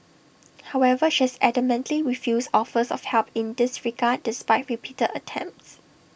however she has adamantly refused offers of help in this regard despite repeated attempts